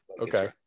Okay